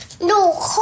No